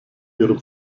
ihrem